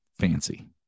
fancy